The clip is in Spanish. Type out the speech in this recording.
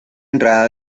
entrada